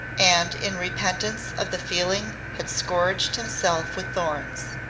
and in repentance of the feeling had scourged himself with thorns.